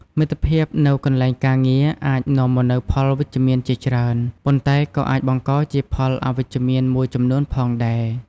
មិត្តភាពនៅកន្លែងការងារអាចនាំមកនូវផលវិជ្ជមានជាច្រើន ប៉ុន្តែក៏អាចបង្កជាផលអវិជ្ជមានមួយចំនួនផងដែរ។